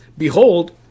Behold